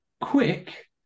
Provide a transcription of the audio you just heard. quick